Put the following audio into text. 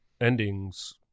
endings